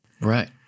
right